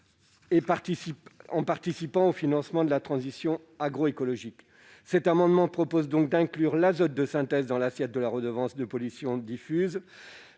en participant au financement de la transition agroécologique. Le présent amendement tend donc à inclure l'azote de synthèse dans l'assiette de la redevance pour pollutions diffuses.